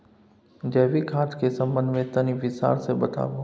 जैविक खाद के संबंध मे तनि विस्तार स बताबू?